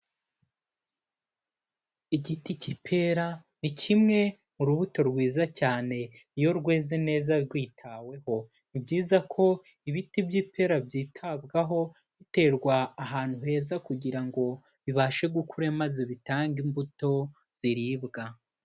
Igiti cy'ipera ni kimwe urubuto rwiza cyane iyo rweze neza rwitaweho, ni byiza ko ibiti by'ipera byitabwaho, biterwa ahantu heza kugira ngo bibashe gukura maze bitange imbuto ziribwa.